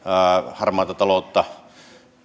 harmaata taloutta